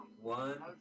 one